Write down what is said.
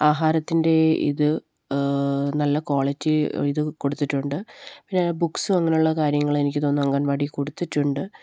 ആഹാരത്തിൻ്റെ ഇത് നല്ല ക്വാളിറ്റി ഇത് കൊടുത്തിട്ടുണ്ട് പിന്നെ ബുക്സും അങ്ങനെയുള്ള കാര്യങ്ങള് എനിക്ക് തോന്നുന്നു അങ്കണവാടിയില് കൊടുത്തിട്ടുണ്ട്